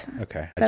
Okay